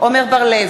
עמר בר-לב,